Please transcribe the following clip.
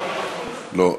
לא.